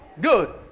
Good